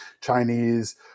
Chinese